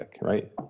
right